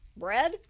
bread